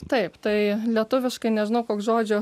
taip tai lietuviškai nežinau koks žodžio